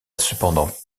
cependant